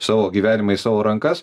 savo gyvenimą į savo rankas